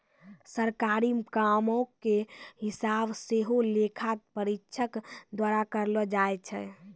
सरकारी कामो के हिसाब सेहो लेखा परीक्षक द्वारा करलो जाय छै